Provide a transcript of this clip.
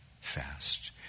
fast